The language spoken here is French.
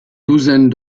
douzaine